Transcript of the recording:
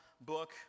book